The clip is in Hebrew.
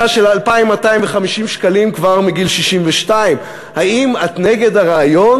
של 2,250 שקל כבר מגיל 62. האם את נגד הרעיון